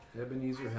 Ebenezer